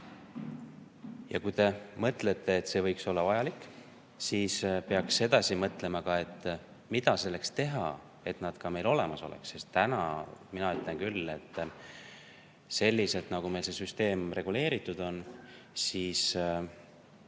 Ja kui te mõtlete, et see võiks olla vajalik, siis peaks edasi mõtlema ka, mida selleks teha, et nad meil olemas oleks. Sest praegu, mina ütlen küll, selliselt, nagu meil see süsteem reguleeritud on, ei